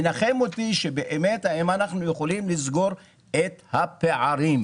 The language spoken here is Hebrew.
מנחם אותי האם אנחנו יכולים לסגור את הפערים.